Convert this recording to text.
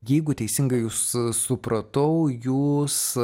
jeigu teisingai jus supratau jūs